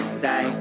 say